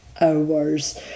hours